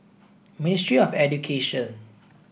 Ministry of Education